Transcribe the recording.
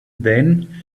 then